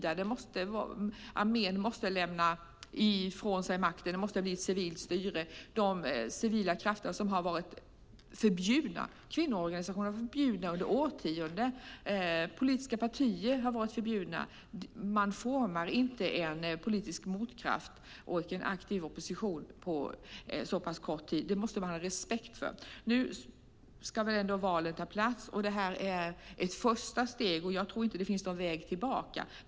Armén måste lämna ifrån sig makten, och det måste bli ett civilt styre. Civila krafter har varit förbjudna. Kvinnoorganisationer har varit förbjudna under årtionden. Politiska partier har varit förbjudna. Man formar inte en politisk motkraft och en aktiv opposition på så kort tid. Det måste man ha respekt för. Nu ska valet äga rum. Det är ett första steg. Jag tror inte att det finns någon väg tillbaka.